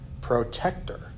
protector